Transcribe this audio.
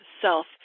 self